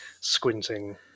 squinting